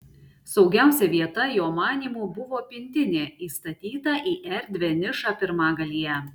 saugiausia vieta jo manymu buvo pintinė įstatyta į erdvią nišą pirmagalyje